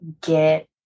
get